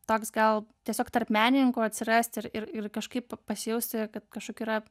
toks gal tiesiog tarp menininkų atsirast ir ir kažkaip pasijausti kad kažkokių yra